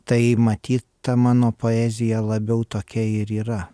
tai matyt ta mano poezija labiau tokia ir yra